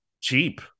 cheap